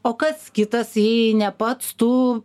o kas kitas jei ne pats tu